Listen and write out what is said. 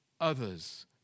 others